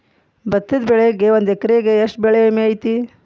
ಭತ್ತದ ಬೆಳಿಗೆ ಒಂದು ಎಕರೆಗೆ ಎಷ್ಟ ಬೆಳೆ ವಿಮೆ ಐತಿ?